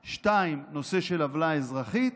השני, נושא של עוולה אזרחית,